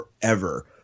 forever